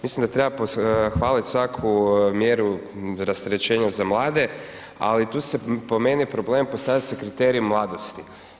Mislim da treba pohvaliti svaku mjeru rasterećenja za mlade, ali tu se po meni problem postavlja se kriterij mladosti.